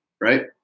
right